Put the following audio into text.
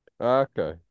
Okay